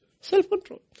Self-control